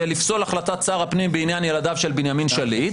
ולפסול החלטת שר הפנים בעניין ילדיו של בנימין שליט,